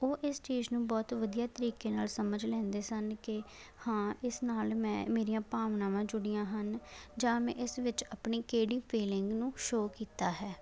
ਉਹ ਇਸ ਚੀਜ਼ ਨੂੰ ਬਹੁਤ ਵਧੀਆ ਤਰੀਕੇ ਨਾਲ ਸਮਝ ਲੈਂਦੇ ਸਨ ਕਿ ਹਾਂ ਇਸ ਨਾਲ ਮੈਂ ਮੇਰੀਆਂ ਭਾਵਨਾਵਾਂ ਜੁੜੀਆਂ ਹਨ ਜਾਂ ਮੈਂ ਇਸ ਵਿੱਚ ਆਪਣੀ ਕਿਹੜੀ ਫੀਲਿੰਗ ਨੂੰ ਸ਼ੋ ਕੀਤਾ ਹੈ